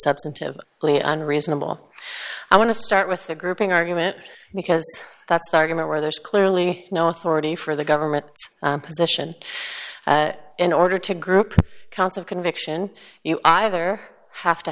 substantive only unreasonable i want to start with the grouping argument because that's the argument where there's clearly no authority for the government position in order to group counts of conviction you either have to